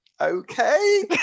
okay